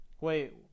wait